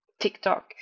TikTok